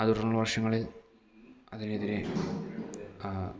അത് തുടർന്നുള്ള വർഷങ്ങളിൽ അതിനെതിരെ